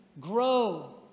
grow